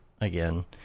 again